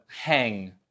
hang